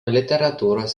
literatūros